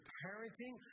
parenting